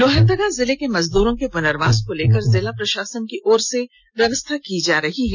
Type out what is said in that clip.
लोहरदगा जिले के मजदूरों के पुनर्वास को लेकर जिला प्रशासन की ओर से व्यवस्था की जा रही है